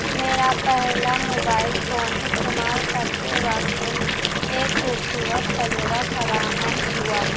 میرا پہلا mobile phone استعمال کرتے وقت ایک خوبصورت تجربہ فراہم ہوا